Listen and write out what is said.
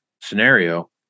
scenario